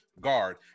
guard